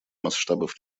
масштабов